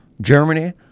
Germany